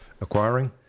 acquiring